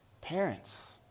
Parents